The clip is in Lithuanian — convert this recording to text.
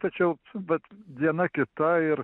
tačiau vat diena kita ir